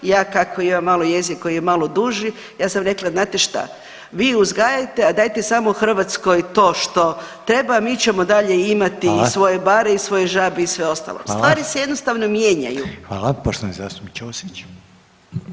Ja kako imam malo jezik koji je malo duži ja sam rekla, znate šta vi uzgajajte, a dajte samo Hrvatskoj to što treba, a mi ćemo i dalje imati [[Upadica Reiner: Hvala.]] i svoje bare i svoje žabe i sve ostalo [[Upadica Reiner: Hvala.]] stvari se jednostavno mijenjaju.